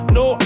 no